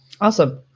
Awesome